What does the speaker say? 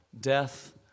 Death